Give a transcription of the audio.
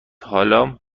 حالا